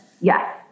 Yes